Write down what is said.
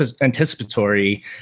anticipatory